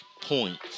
points